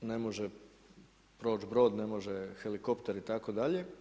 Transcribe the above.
Ne može proći brod, ne može helikopter itd.